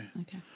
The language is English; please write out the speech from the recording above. okay